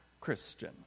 Christian